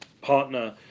partner